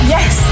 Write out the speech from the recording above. Yes